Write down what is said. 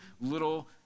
little